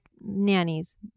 nannies